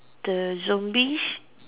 the zombies